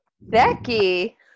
Becky